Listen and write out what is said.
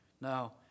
Now